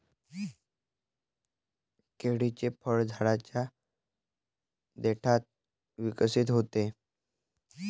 केळीचे फळ झाडाच्या देठात विकसित होते